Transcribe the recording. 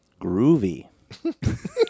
Groovy